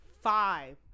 five